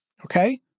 Okay